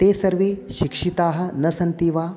ते सर्वे शिक्षिताः न सन्ति वा